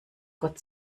gott